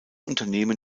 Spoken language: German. unternehmen